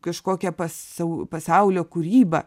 kažkokia pasau pasaulio kūryba